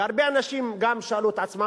והרבה אנשים גם שאלו את עצמם,